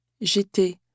j'étais